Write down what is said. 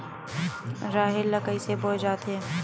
राहेर ल कइसे बोय जाथे?